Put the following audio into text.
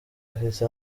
afite